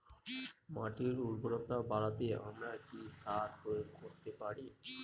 মাটির উর্বরতা বাড়াতে আমরা কি সার প্রয়োগ করতে পারি?